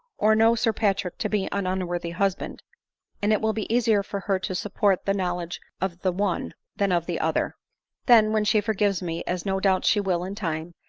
or know sir patrick to be an unworthy husband and it will be easier for her to support the knowledge of the one than of the other then, when she forgives me, as no doubt she will in time,